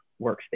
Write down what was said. workstation